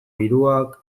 hiruak